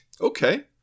Okay